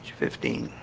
fifteen